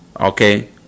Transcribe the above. Okay